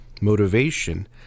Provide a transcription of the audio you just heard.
motivation